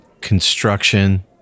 construction